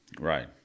Right